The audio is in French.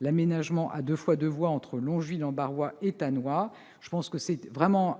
l'aménagement à deux fois deux voies entre Longeville-en-Barrois et Tannois. Nous devrons disposer